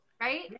Right